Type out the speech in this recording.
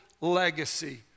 legacy